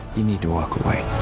you need to walk away.